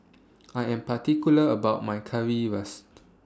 I Am particular about My Currywurst